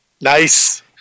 Nice